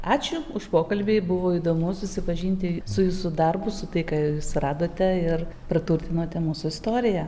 ačiū už pokalbį buvo įdomu susipažinti su jūsų darbu su tai ką suradote ir praturtinote mūsų istoriją